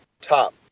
top